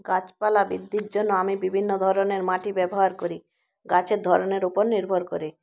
গাছপালা বৃদ্ধির জন্য আমি বিভিন্ন ধরনের মাটি ব্যবহার করি গাছের ধরনের ওপর নির্ভর করে